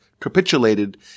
Capitulated